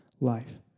life